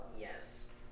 Yes